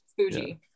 Fuji